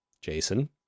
jason